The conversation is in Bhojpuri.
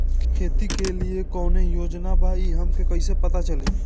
खेती के लिए कौने योजना बा ई हमके कईसे पता चली?